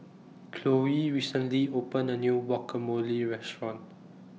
Chloie recently opened A New Guacamole Restaurant